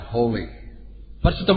holy